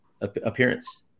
appearance